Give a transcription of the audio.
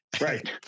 Right